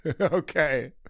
okay